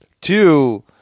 two